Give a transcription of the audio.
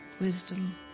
wisdom